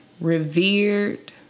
revered